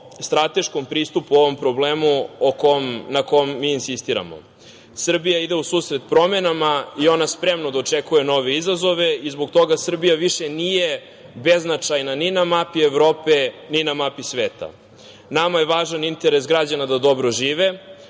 strateškom pristupu ovom problemu na kom mi insistiramo. Srbija ide u susret promenama i ona spremno dočekuje nove izazove i zbog toga Srbija više nije beznačajna ni na mapi Evrope, ni na mapi sveta. Nama je važan interes građana da dobro žive,